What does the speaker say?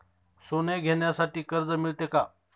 सोने घेण्यासाठी कर्ज मिळते का?